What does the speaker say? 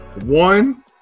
One